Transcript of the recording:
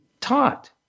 taught